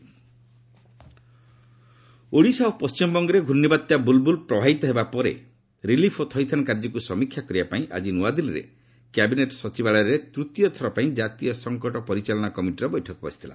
NCMC cyclone Bulbul Odisha ଓ ପଶ୍ଚିମବଙ୍ଗରେ ଘୂର୍ଣ୍ଣିବାତ୍ୟା ବୁଲ୍ବୁଲ୍ ପ୍ରବାହିତ ପରେ ରିଲିଫ୍ ଓ ଥଇଥାନ କାର୍ଯ୍ୟକୁ ସମୀକ୍ଷା କରିବାପାଇଁ ଆଜି ନୂଆଦିଲ୍ଲୀରେ କ୍ୟାବିନେଟ୍ ସଚିବାଳୟରେ ତୃତୀୟ ଥରପାଇଁ ଜାତୀୟ ସଙ୍କଟ ପରିଚଳନା କମିଟିର ବୈଠକ ବସିଥିଲା